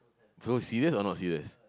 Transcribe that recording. so serious or not serious